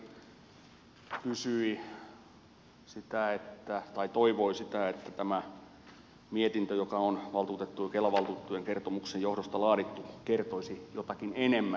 edustaja skinnari toivoi sitä että tämä mietintö joka on kelan valtuutettujen kertomuksen johdosta laadittu kertoisi jotakin enemmän